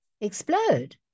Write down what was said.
explode